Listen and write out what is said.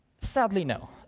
sadly, no.